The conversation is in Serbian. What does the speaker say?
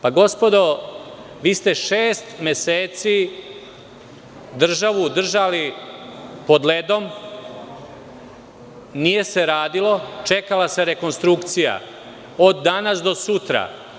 Pa, gospodo, vi ste šest meseci državu držali pod ledom, nije se radilo, čekala se rekonstrukcija od danas do sutra.